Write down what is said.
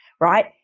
right